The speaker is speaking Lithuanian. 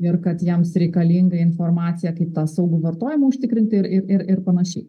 ir kad jiems reikalinga informacija kaip tą saugų vartojimą užtikrinti ir ir ir panašiai